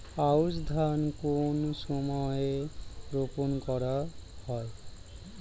আউশ ধান কোন সময়ে রোপন করা হয়?